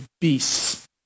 beasts